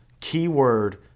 keyword